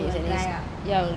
it will dry ah